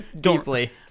Deeply